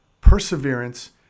perseverance